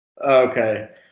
Okay